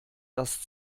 das